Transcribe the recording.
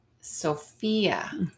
Sophia